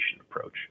approach